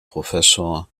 professor